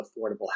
affordable